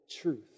truth